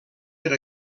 per